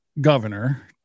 governor